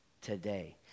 today